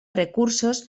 recursos